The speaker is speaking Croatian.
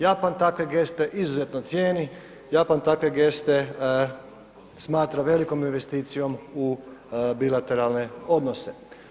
Japan takve geste izuzetno cijeni, Japan takve geste smatra velikom investicijom u bilateralne odnose.